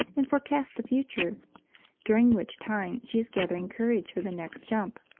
and forecasts the future during which time she is gathering courage for the next jump.